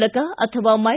ಮೂಲಕ ಅಥವಾ ಮೈ